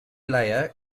layer